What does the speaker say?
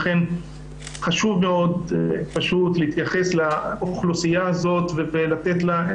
לכן חשוב מאוד פשוט להתייחס לאוכלוסייה הזאת ולתת לה,